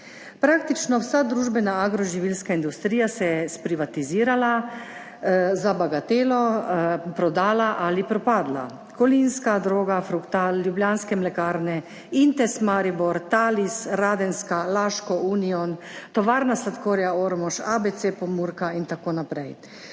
Praktično vsa družbena agroživilska industrija se je sprivatizirala za bagatelo, prodala ali propadla, Kolinska, Droga, Fructal, Ljubljanske mlekarne, Intes Maribor, Talis, Radenska, Laško, Union, Tovarna sladkorja Ormož, ABC Pomurka in tako naprej.